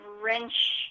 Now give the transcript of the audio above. wrench